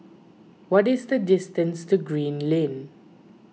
what is the distance to Green Lane